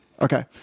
Okay